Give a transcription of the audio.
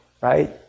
Right